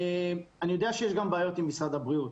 אני יודע שיש גם בעיות עם משרד הבריאות,